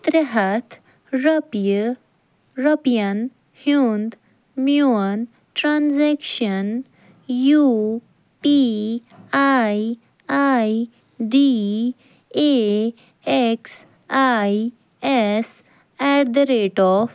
ترٛےٚ ہَتھ رۄپیہِ رۄپیَن ہِنٛد میٛون transaction U P I I D A X I S at the rate of